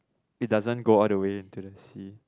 it doesn't go all the way into the sea